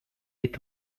est